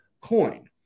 coin